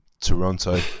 Toronto